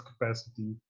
capacity